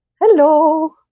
hello